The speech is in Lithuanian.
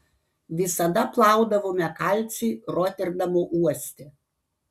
visada plaudavome kalcį roterdamo uoste